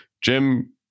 Jim